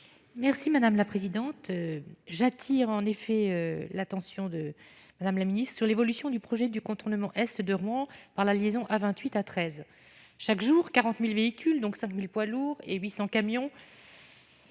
Merci madame la présidente j'attire en effet l'attention de Madame la Ministre, sur l'évolution du projet du contournement Est de Rouen par la liaison à 28 à 13 chaque jour 40000 véhicules, donc ça ne 1000 poids lourds et 800 camions